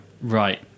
Right